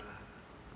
ah ah ah